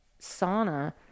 sauna